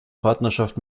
partnerschaft